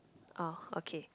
oh okay